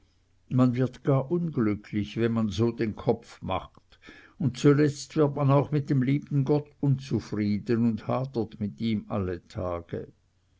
man wird gar unglücklich wenn man so den kopf macht und zuletzt wird man auch mit dem lieben gott unzufrieden und hadert mit ihm alle tage